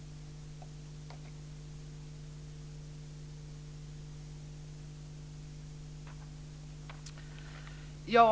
Men så är det.